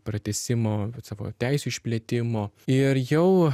pratęsimo savo teisių išplėtimo ir jau